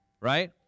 right